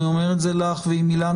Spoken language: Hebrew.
אני אומר את זה לך ולאילנה,